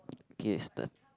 K start